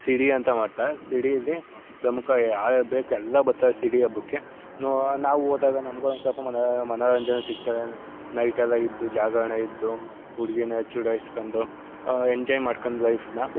ಸಿರಿ ಅಂತ ಮಾಡ್ತಾರೆ ಸಿರಿಯಲ್ಲಿ ಪ್ರಮುಖ ಯಾವ್ಯಾವ ಬೇಕು ಎಲ್ಲ ಬರ್ತವೆ ಸಿಡಿ ಹಬ್ಬಕ್ಕೆ ನೋ ನಾವು ಹೋದಾಗ ನಮಗೂ ಒಂದು ಸ್ವಲ್ಪ ಮನ ಮನೋರಂಜನೆ ಸಿಗ್ತವೆ ನೈಟೆಲ್ಲ ಇದ್ದು ಜಾಗರಣೆ ಇದ್ದು ಹುಡುಗಿನ ಚುಡಾಯ್ಸ್ಕೊಂಡು ಎಂಜಾಯ್ ಮಾಡ್ಕೊಂಡು ಲೈಫ್ನ